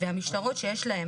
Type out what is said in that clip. והמשטרה שיש להן